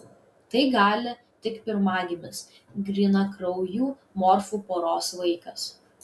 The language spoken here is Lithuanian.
tai gali tik pirmagimis grynakraujų morfų poros vaikas